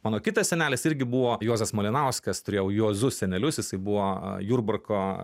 mano kitas senelis irgi buvo juozas malinauskas turėjau juozu senelius jisai buvo jurbarko